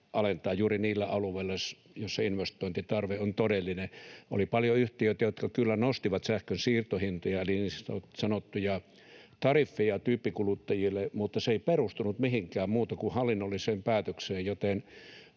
alentaa juuri niillä alueilla, joissa investointitarve on todellinen. Oli paljon yhtiöitä, jotka kyllä nostivat sähkön siirtohintoja eli niin sanottuja tariffeja tyyppikuluttajille, mutta se ei perustunut mihinkään muuhun kuin hallinnolliseen päätökseen, joten